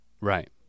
Right